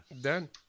Done